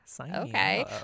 okay